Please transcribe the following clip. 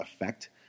effect